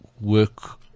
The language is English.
work